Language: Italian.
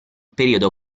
periodo